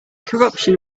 corruption